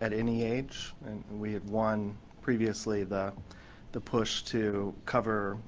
at any age, we had won previously the the push to cover